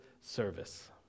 service